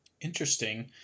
interesting